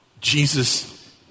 Jesus